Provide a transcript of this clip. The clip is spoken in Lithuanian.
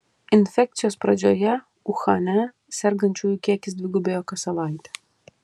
infekcijos pradžioje uhane sergančiųjų kiekis dvigubėjo kas savaitę